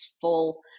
full